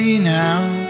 now